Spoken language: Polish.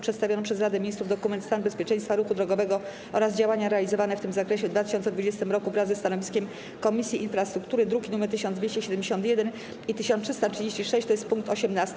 Przedstawiony przez Radę Ministrów dokument ˝Stan bezpieczeństwa ruchu drogowego oraz działania realizowane w tym zakresie w 2020 r.˝, wraz ze stanowiskiem Komisji Infrastruktury, druki nr 1271 i 1336, tj. pkt 18.